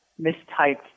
mistyped